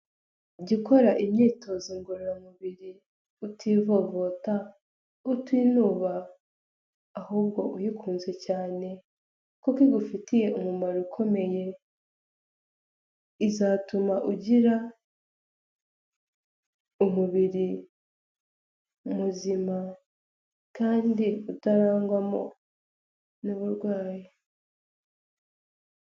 Jya ukora imyitozo ngororamubiri utivovota, utinuba, ahubwo uyikunze cyane, kuko igufitiye umumaro ukomeye. Izatuma ugira umubiri muzima, kandi utarangwamo n'uburwayi.